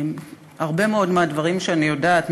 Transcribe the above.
הרבה מאוד מהדברים שאני יודעת,